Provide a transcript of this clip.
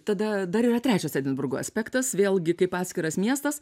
tada dar yra trečias edinburgo aspektas vėlgi kaip atskiras miestas